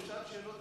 ושעת שאלות,